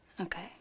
Okay